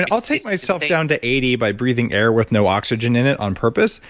and i'll take myself down to eighty by breathing air with no oxygen in it on purpose,